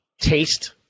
taste